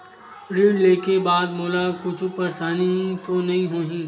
ऋण लेके बाद मोला कुछु परेशानी तो नहीं होही?